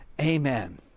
Amen